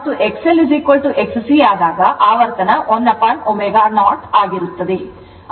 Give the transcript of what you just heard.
ಮತ್ತು XL XC ಆಗಿದ್ದು ಆವರ್ತನ 1ω0 ಆಗಿರುತ್ತದೆ